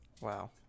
Wow